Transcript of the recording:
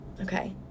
Okay